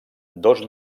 dos